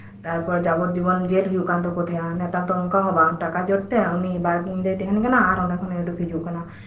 ᱛᱟᱨᱯᱚᱨᱮ ᱡᱟᱵᱚᱛ ᱡᱤᱵᱚᱱ ᱡᱮᱞ ᱦᱩᱭᱩᱜ ᱠᱟᱱ ᱛᱟᱸᱦᱮᱜᱼᱟ ᱱᱮᱛᱟᱨ ᱫᱚ ᱚᱱᱠᱟ ᱫᱚ ᱵᱟᱝ ᱴᱟᱠᱟ ᱡᱳᱨᱛᱮ ᱩᱱᱤ ᱵᱟᱨ ᱫᱤᱱ ᱜᱟᱱ ᱛᱟᱸᱦᱮᱱ ᱠᱟᱱᱟ ᱟᱨ ᱚᱱᱰᱮ ᱠᱷᱚᱱᱮ ᱩᱰᱩᱠ ᱦᱤᱡᱩᱜ ᱠᱟᱱᱟ